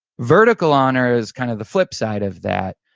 vertical honor is kind of the flip side of that.